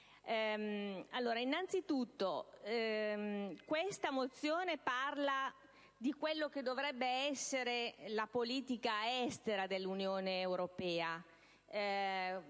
Innanzitutto, la risoluzione tratta quella che dovrebbe essere la politica estera dell'Unione europea;